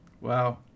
Wow